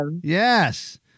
Yes